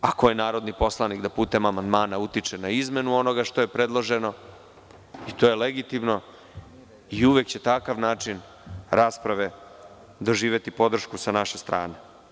Ako je narodni poslanikda putem amandmana utiče na izmenu onoga što je predloženo i to je legitimno i uvek će takav način rasprave doživeti podršku sa naše strane.